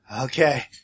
Okay